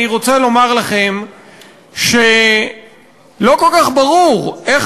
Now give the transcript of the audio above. אני רוצה לומר לכם שלא כל כך ברור איך